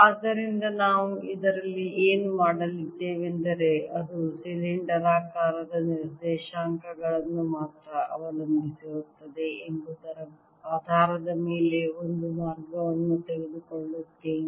ಆದ್ದರಿಂದ ನಾವು ಇದರಲ್ಲಿ ಏನು ಮಾಡಲಿದ್ದೇವೆಂದರೆ ಅದು ಸಿಲಿಂಡರಾಕಾರದ ನಿರ್ದೇಶಾಂಕಗಳನ್ನು ಮಾತ್ರ ಅವಲಂಬಿಸಿರುತ್ತದೆ ಎಂಬುದರ ಆಧಾರದ ಮೇಲೆ ಒಂದು ಮಾರ್ಗವನ್ನು ತೆಗೆದುಕೊಳ್ಳುತ್ತೇನೆ